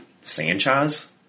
Sanchez